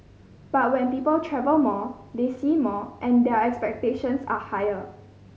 but when people travel more they see more and their expectations are higher